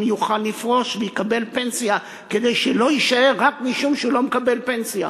יוכל לפרוש ויקבל פנסיה כדי שלא יישאר רק משום שהוא לא מקבל פנסיה.